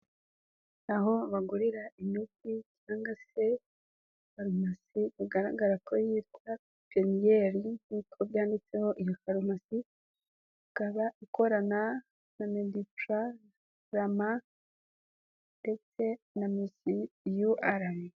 Aho bagurira imiti cyangwa se farumasi, bigaragara ko yitwa peniel nk'uko byanditseho, iyo farumasi ikaba ikorana na mediplan, Rama ndetse na miss ur.